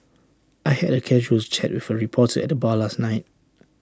I had A casual with chat for reporter at the bar last night